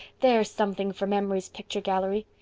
there's something for memory's picture gallery.